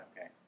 okay